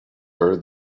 her